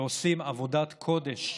שעושים עבודת קודש,